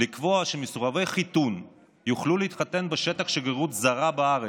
לקבוע שמסורבי חיתון יוכלו להתחתן בשטח שגרירות זרה בארץ.